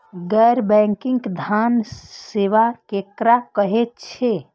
गैर बैंकिंग धान सेवा केकरा कहे छे?